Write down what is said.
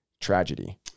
tragedy